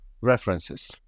references